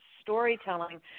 storytelling